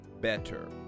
better